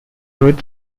road